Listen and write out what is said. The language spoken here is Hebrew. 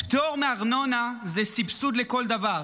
פטור מארנונה הוא סבסוד לכל דבר.